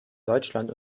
deutschland